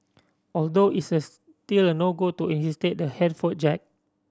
although it's a still a no go to reinstate the headphone jack